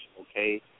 okay